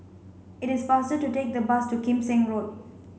it is faster to take the bus to Kim Seng Road